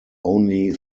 only